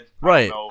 right